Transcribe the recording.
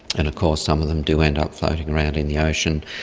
and of course some of them do end up floating around in the ocean,